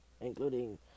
Including